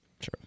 Sure